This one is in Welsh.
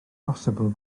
bosibl